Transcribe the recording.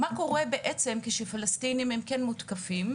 אבל מה קורה בעצם כשפלסטינים כן מותקפים,